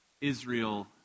Israel